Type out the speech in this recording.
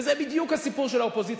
וזה בדיוק הסיפור של האופוזיציה.